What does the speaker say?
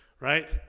right